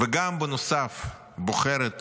ובנוסף בוחרת